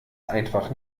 einfach